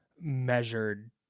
measured